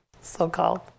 so-called